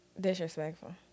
Disrespectful